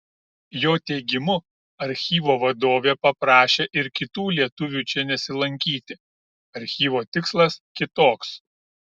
jo teigimu archyvo vadovė paprašė ir kitų lietuvių čia nesilankyti archyvo tikslas kitoks